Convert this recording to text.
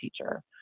teacher